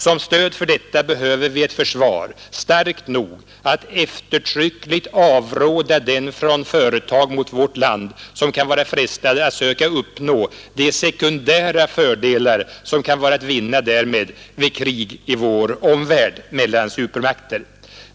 Som stöd för detta behöver vi ett försvar starkt nog att eftertryckligt avråda dem från företag mot vårt land som kan vara frestade att söka uppnå de sekundära fördelar som kan vara att vinna därmed vid krig i vår omvärld mellan supermakter.